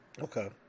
Okay